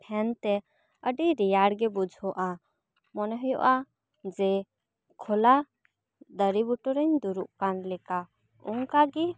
fan ᱛᱮ ᱟᱹᱰᱤ ᱨᱮᱭᱟᱲ ᱜᱮ ᱵᱩᱡᱷᱟᱹᱜᱼᱟ ᱢᱚᱱᱮ ᱦᱩᱭᱩᱜᱼᱟ ᱡᱮ ᱠᱷᱳᱞᱟ ᱫᱟᱨᱮ ᱵᱩᱴᱟᱹ ᱨᱮᱧ ᱫᱩᱨᱩᱵ ᱟᱠᱟᱱ ᱞᱮᱠᱟ ᱚᱱᱠᱟ ᱜᱮ